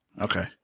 Okay